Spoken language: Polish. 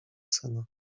syna